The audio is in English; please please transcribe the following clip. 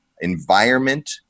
environment